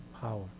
power